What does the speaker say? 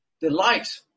delight